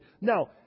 Now